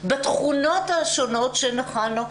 בתכונות השונות שניחנו בהן.